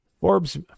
Forbes